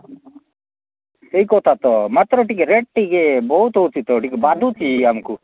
ସେଇ କଥା ତ ମାତ୍ର ଟିକେ ରେଟ୍ ଟିକେ ବହୁତ ହେଉଛି ତ ଟିକେ ବାଧୁଛି ଆମକୁ